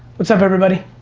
what's up everybody?